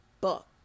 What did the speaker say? book